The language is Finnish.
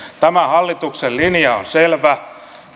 tämä hallituksen linja on selvä